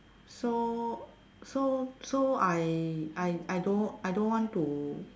so so so I I I don't want I don't want to